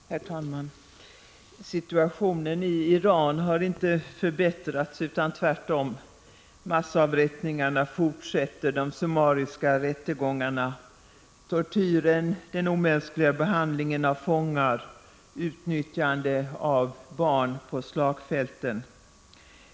Herr talman! Situationen i Iran har inte förbättrats. Tvärtom — massavrättningarna, de summariska rättegångarna, tortyren, den omänskliga behandlingen av fångar och utnyttjandet av barn på slagfälten fortsätter.